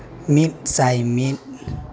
ᱢᱤᱫ ᱥᱟᱭ ᱢᱤᱫ